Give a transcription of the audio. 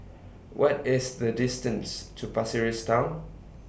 What IS The distance to Pasir Ris Town